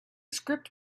script